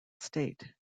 state